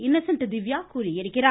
Innocent Divya கூறியிருக்கிறார்